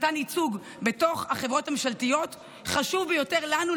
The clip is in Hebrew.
למתן ייצוג בתוך החברות הממשלתיות חשובה ביותר לנו,